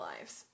lives